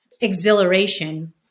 exhilaration